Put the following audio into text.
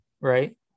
Right